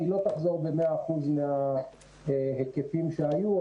היא לא תחזור ב-100% להיקפים שהיו,